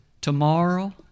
tomorrow